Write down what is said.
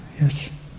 yes